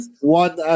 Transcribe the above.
One